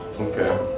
Okay